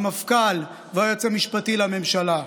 המפכ"ל והיועץ המשפטי לממשלה.